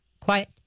quiet